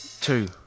two